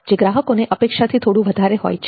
જે ગ્રાહકોને અપેક્ષાથી થોડું વધારે હોય છે